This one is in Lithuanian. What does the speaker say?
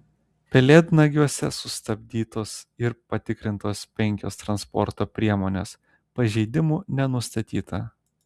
pelėdnagiuose sustabdytos ir patikrintos penkios transporto priemonės pažeidimų nenustatyta